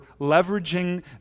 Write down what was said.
leveraging